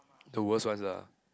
the worse ones ah